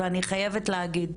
ואני חייבת להגיד,